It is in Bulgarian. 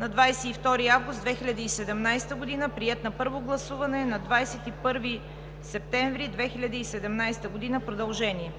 на 22 август 2017 г. Приет е на първо гласуване на 21 септември 2017 г. – продължение.